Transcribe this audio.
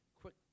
Quick